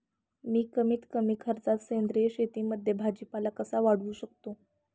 मी कमीत कमी खर्चात सेंद्रिय शेतीमध्ये भाजीपाला कसा वाढवू शकतो?